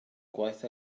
gwaith